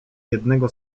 jednego